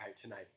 tonight